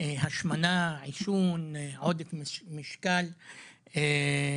השמנה ועודף משקל ועישון.